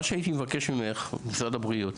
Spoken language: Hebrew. אני מבקש ממשרד הבריאות